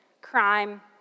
crime